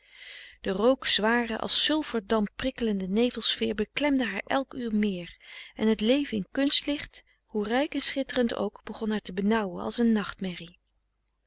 najouwden de rookzware als sulfer damp prikkelende nevelsfeer beklemde haar elk uur meer en het leven in kunstlicht hoe rijk en schitterend ook begon haar te benauwen als een nacht merrie